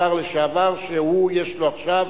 השר לשעבר, שיש לו עכשיו